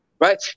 Right